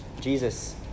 Jesus